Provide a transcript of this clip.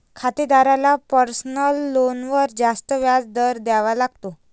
खातेदाराला पर्सनल लोनवर जास्त व्याज दर द्यावा लागतो